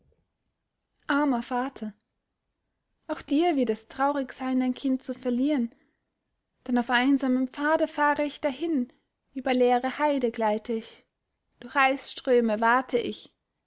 armer vater auch dir wird es traurig sein dein kind zu verlieren denn auf einsamem pfade fahre ich dahin über leere heide gleite ich durch eisströme wate ich